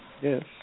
Yes